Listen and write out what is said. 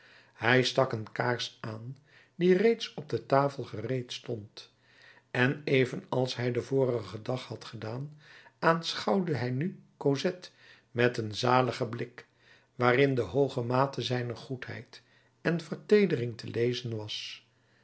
hij stak een kaars aan die reeds op de tafel gereed stond en evenals hij den vorigen dag had gedaan aanschouwde hij nu cosette met een zaligen blik waarin de hooge mate zijner goedheid en verteedering te lezen was